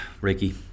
Ricky